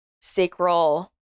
sacral